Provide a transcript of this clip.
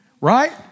Right